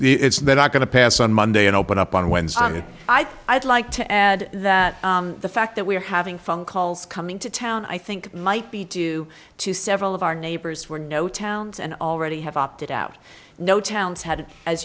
i'm going to pass on monday and open up on wednesday i think i'd like to add that the fact that we're having phone calls coming to town i think might be due to several of our neighbors were no towns and already have opted out no towns had as